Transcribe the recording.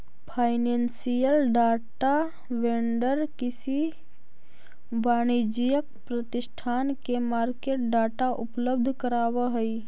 financial data vendor किसी वाणिज्यिक प्रतिष्ठान के मार्केट डाटा उपलब्ध करावऽ हइ